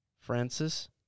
Francis